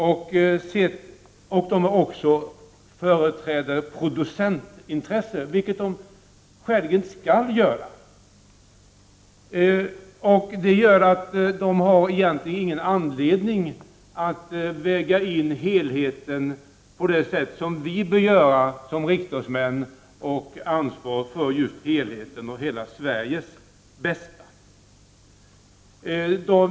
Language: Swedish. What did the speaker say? De företräder också producentintressen, vilket de skäligen skall göra. Därför har de inte någon anledning att väga in helheten på det sätt som vi bör göra som riksdagsmän och ansvariga för just helheten och hela Sveriges bästa.